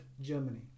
Germany